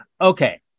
Okay